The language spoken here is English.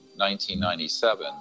1997